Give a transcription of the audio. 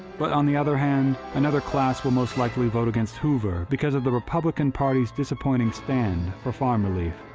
but on the other hand another class will most likely vote against hoover because of the republican party's disappointing stand for farm relief.